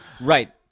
Right